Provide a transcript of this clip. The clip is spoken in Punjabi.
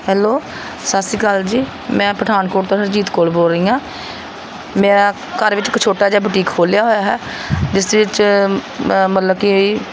ਹੈਲੋ ਸਤਿ ਸ਼੍ਰੀ ਅਕਾਲ ਜੀ ਮੈਂ ਪਠਾਨਕੋਟ ਤੋਂ ਹਰਜੀਤ ਕੋਰ ਬੋਲ ਰਹੀ ਹਾਂ ਮੈਂ ਘਰ ਵਿੱਚ ਇੱਕ ਛੋਟਾ ਜਿਹਾ ਬੁਟੀਕ ਖੋਲ੍ਹਿਆ ਹੋਇਆ ਹੈ ਜਿਸ ਵਿੱਚ ਮਤਲਬ ਕਿ